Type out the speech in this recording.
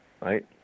right